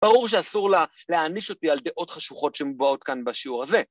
ברור שאסור להעניש אותי על דעות חשוכות שמובאות כאן בשיעור הזה.